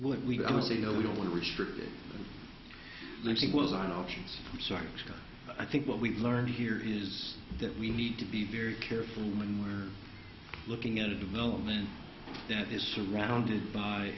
would we say no we don't want to restrict it when he was on options i'm sorry because i think what we've learned here is that we need to be very careful when we're looking at a development that is surrounded by